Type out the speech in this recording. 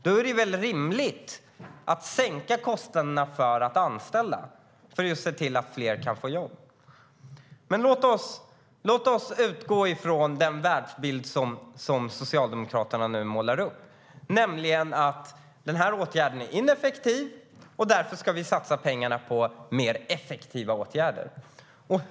Då är det väldigt rimligt att sänka kostnaderna för att anställa för att just se till att fler kan få jobb. Låt oss utgå från den världsbild som Socialdemokraterna nu målar upp, nämligen att den här åtgärden är ineffektiv och att vi därför ska satsa pengarna på mer effektiva åtgärder.